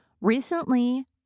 Recently